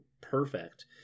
perfect